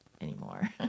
anymore